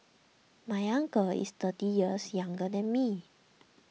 my uncle is thirty years younger than me